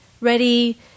ready